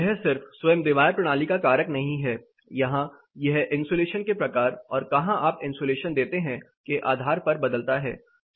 यह सिर्फ स्वयं दीवार प्रणाली का कारक नहीं है यहाँ यह इन्सुलेशन के प्रकार और कहां आप इंसुलेशन देते हैं के आधार पर बदलता हैं